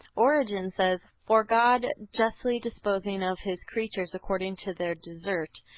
origen says for god, justly disposing of his creatures according to their desert,